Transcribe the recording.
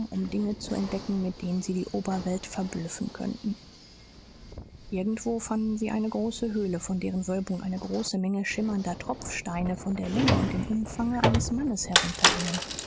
um dinge zu entdecken mit denen sie die oberwelt verblüffen könnten irgendwo fanden sie eine große höhle von deren wölbung eine große menge schimmernder tropfsteine von der länge und dem umfange eines mannes